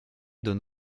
donne